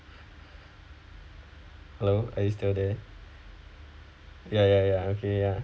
hello are you still there ya ya ya okay ya